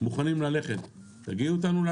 מוכנים ללכת בהסכמות.